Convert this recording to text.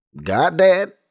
Goddad